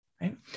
Right